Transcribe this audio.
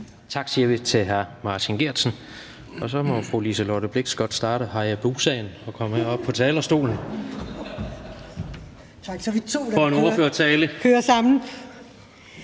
Tak siger vi til hr. Martin Geertsen. Og så må fru Liselott Blixt godt starte Hayabusaen og komme herop på talerstolen for at holde en ordførertale.